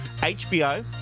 HBO